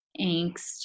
angst